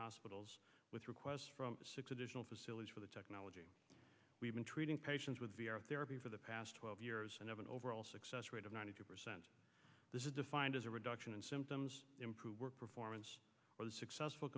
hospitals with requests from six additional facilities for the technology we've been treating patients with therapy for the past twelve years and have an overall success rate of ninety two percent this is defined as a reduction in symptoms improve work performance or the successful